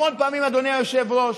המון פעמים, אדוני היושב-ראש,